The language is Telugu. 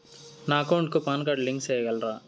నా అకౌంట్ కు పాన్ కార్డు లింకు సేయగలరా?